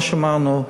כמו שאמרנו,